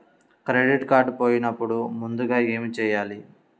Credit card పోయినపుడు ముందుగా ఏమి చేయాలి?